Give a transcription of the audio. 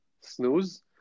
snooze